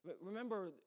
Remember